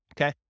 okay